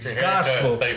gospel